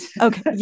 Okay